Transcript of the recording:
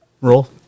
Roll